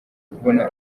kubona